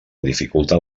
dificulten